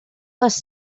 les